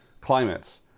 climates